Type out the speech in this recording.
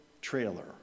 trailer